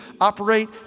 operate